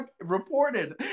reported